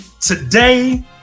today